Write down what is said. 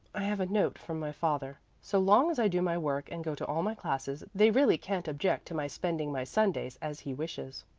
i have a note from my father. so long as i do my work and go to all my classes, they really can't object to my spending my sundays as he wishes.